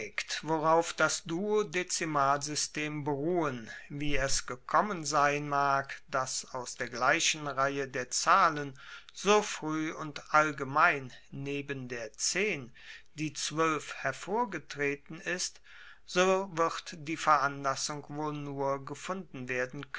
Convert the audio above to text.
worauf das duodezimalsystem beruhen wie es gekommen sein mag dass aus der gleichen reihe der zahlen so frueh und allgemein neben der zehn die zwoelf hervorgetreten ist so wird die veranlassung wohl nur gefunden werden